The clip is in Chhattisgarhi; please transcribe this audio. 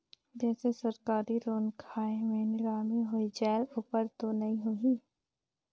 जैसे सरकारी लोन खाय मे नीलामी हो जायेल ओकर तो नइ होही?